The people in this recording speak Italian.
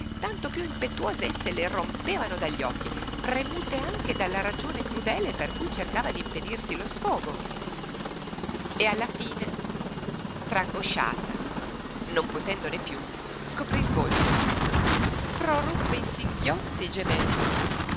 tanto piú impetuose esse le rompevano dagli occhi premute anche dalla ragione crudele per cui cercava d'impedirsi lo sfogo e alla fine trangosciata non potendone piú scoprí il volto proruppe in singhiozzi gemendo